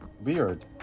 weird